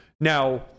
Now